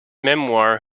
memoir